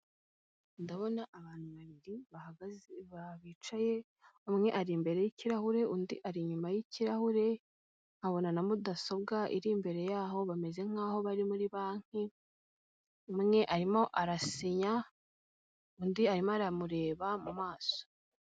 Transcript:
Ndabona abantu babiri bicaye umwe ari imbere y'ikirahure undi ari inyuma y'ikirahure, nkabona na mudasobwa iri imbere yaho bameze nk'aho bari muri banki umwe arimo arasinya, undi arimo aramureba mu maso.